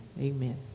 Amen